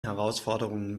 herausforderungen